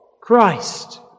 Christ